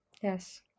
yes